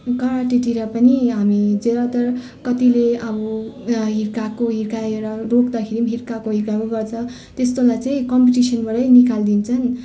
कराटेतिर पनि ज्यादातर कतिले अब हिर्काएको हिर्काएर रोक्दाखेरि पनि हिर्काएको हिर्काएको गर्छ त्यस्तोलाई चाहिँ कम्पिटिसनबाटै निकालिदिन्छन्